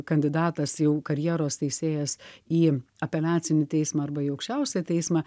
kandidatas jau karjeros teisėjas į apeliacinį teismą arba į aukščiausią teismą